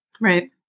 Right